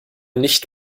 nicht